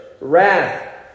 Wrath